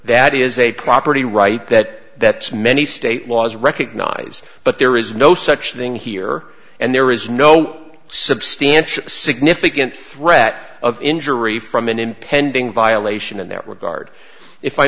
that is a property right that many state laws recognize but there is no such thing here and there is no substantial significant threat of injury from an impending violation in their regard if i